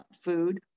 Food